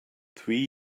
three